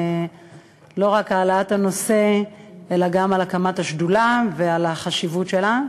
לא רק על העלאת הנושא אלא גם על הקמת השדולה ועל החשיבות שלה.